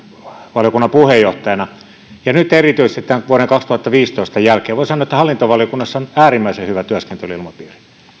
valiokunnan puheenjohtajana nyt erityisesti tämän vuoden kaksituhattaviisitoista jälkeen voi sanoa että hallintovaliokunnassa on äärimmäisen hyvä työskentelyilmapiiri